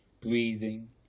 breathing